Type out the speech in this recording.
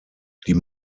die